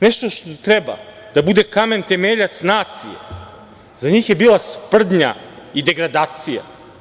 Nešto što treba da bude kamen temeljac nacije, za njih je bila sprdnja i degradacija.